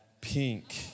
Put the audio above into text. pink